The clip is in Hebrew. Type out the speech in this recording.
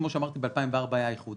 כמו שאמרתי היסטורית, ב-2004 היה איחוד.